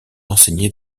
enseignées